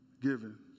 given